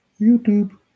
YouTube